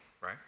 right